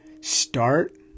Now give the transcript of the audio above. start